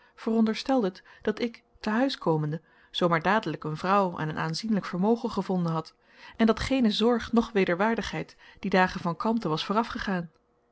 verondersteldet dat ik te huis komende zoo maar dadelijk een vrouw en een aanzienlijk vermogen gevonden had en dat geene zorg noch wederwaardigheid die dagen van kalmte was